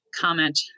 comment